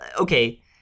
okay